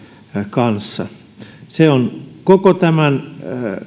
kanssa se on koko tämän